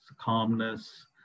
calmness